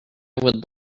would